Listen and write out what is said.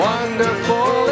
Wonderful